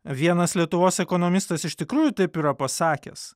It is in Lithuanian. vienas lietuvos ekonomistas iš tikrųjų taip yra pasakęs